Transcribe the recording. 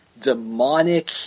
demonic